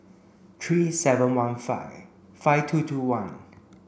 three seven one five five two two one